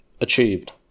Achieved